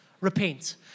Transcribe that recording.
repent